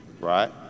right